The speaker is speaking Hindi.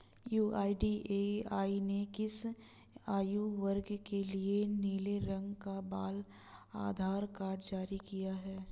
यू.आई.डी.ए.आई ने किस आयु वर्ग के लिए नीले रंग का बाल आधार कार्ड जारी किया है?